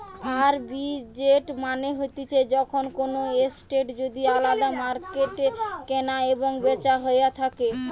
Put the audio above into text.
arbitrage মানে হতিছে যখন কোনো এসেট যদি আলদা মার্কেটে কেনা এবং বেচা হইয়া থাকে